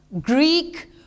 Greek